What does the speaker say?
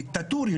דיקטטורי,